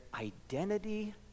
identity